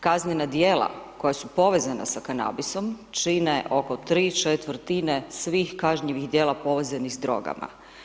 Kaznena djela koja su povezana sa kanabisom čine oko tri četvrtine svih kažnjivih djela povezanih s drogama.